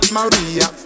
Maria